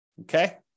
Okay